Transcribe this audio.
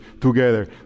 together